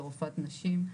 לרופאת נשים,